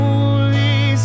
Holy